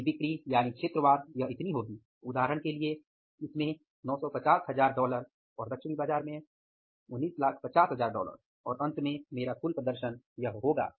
मेरी बिक्री यानि क्षेत्र वार यह इतनी होगी उदाहरण के लिए इसमें 950000 डॉलर और दक्षिणी बाजार में 1950000 डॉलर और अंत में मेरा कुल प्रदर्शन यह होगा